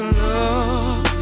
love